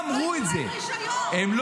ההצעה הזו היא הצעה תקציבית.